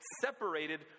separated